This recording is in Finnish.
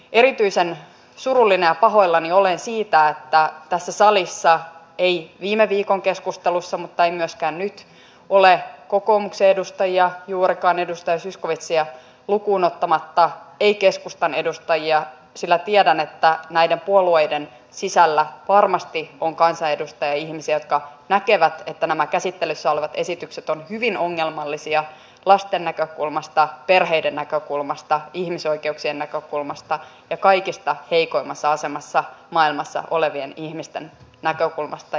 erityisen surullinen ja pahoillani olen siitä että tässä salissa ei viime viikon keskustelussa ollut mutta ei myöskään nyt ole kokoomuksen edustajia juurikaan edustaja zyskowiczia lukuun ottamatta ei keskustan edustajia sillä tiedän että näiden puolueiden sisällä varmasti on kansanedustajaihmisiä jotka näkevät että nämä käsittelyssä olevat esitykset ovat hyvin ongelmallisia lasten näkökulmasta perheiden näkökulmasta ihmisoikeuksien näkökulmasta ja kaikista heikoimmassa asemassa maailmassa olevien ihmisten näkökulmasta